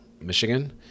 Michigan